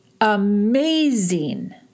amazing